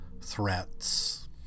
threats